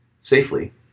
safely